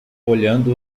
olhando